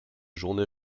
journées